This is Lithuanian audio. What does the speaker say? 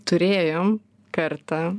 turėjom kartą